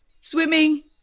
swimming